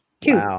two